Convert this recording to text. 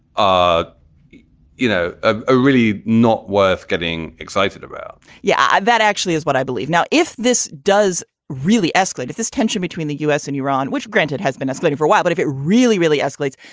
ah you know, ah really not worth getting excited about yeah, that actually is what i believe. now, if this does really escalate, this tension between the u s. and iran, which granted has been isolated for a while. but if it really, really escalates,